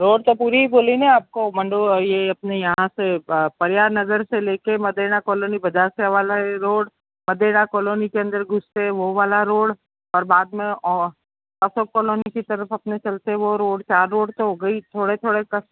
road तो पूरी ही बोली न आपको ये अपने यहाँ से पर्याय नगर से ले के मदेना कॉलोनी बजार से वाला रोड मदेना कॉलोनी के अन्दर घुसते है वो वाला रोड और बाद में अशोक कॉलोनी की तरफ अपने चलते है वो रोड चार रोड तो हो गई थोड़े थोड़े कर